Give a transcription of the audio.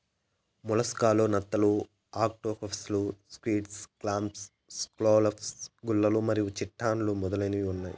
mollusc లలో నత్తలు, ఆక్టోపస్లు, స్క్విడ్, క్లామ్స్, స్కాలోప్స్, గుల్లలు మరియు చిటాన్లు మొదలైనవి ఉన్నాయి